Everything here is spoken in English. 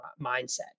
mindset